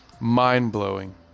mind-blowing